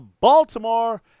Baltimore